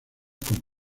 con